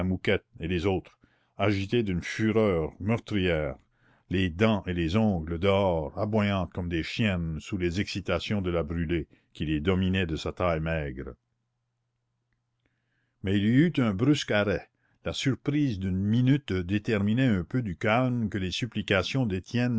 et les autres agitées d'une fureur meurtrière les dents et les ongles dehors aboyantes comme des chiennes sous les excitations de la brûlé qui les dominait de sa taille maigre mais il y eut un brusque arrêt la surprise d'une minute déterminait un peu du calme que les supplications d'étienne